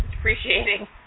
appreciating